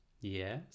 Yes